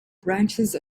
branches